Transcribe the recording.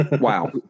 wow